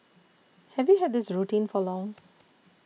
have you had this routine for long